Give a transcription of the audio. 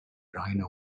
rhino